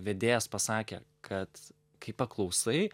vedėjas pasakė kad kai paklausai